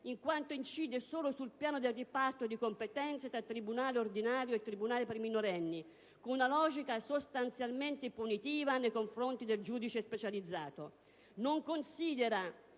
in quanto incide solo sul piano del riparto di competenze tra tribunale ordinario e tribunale per i minorenni, con una logica sostanzialmente punitiva nei confronti del giudice specializzato.